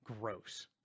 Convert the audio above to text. gross